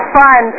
fun